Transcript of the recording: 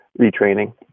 retraining